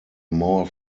more